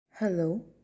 Hello